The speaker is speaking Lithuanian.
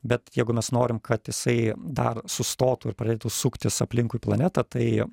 bet jeigu mes norim kad jisai dar sustotų ir pradėtų suktis aplinkui planetą tai